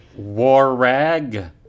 Warrag